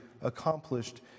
accomplished